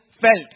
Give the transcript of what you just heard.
felt